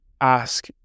ask